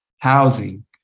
housing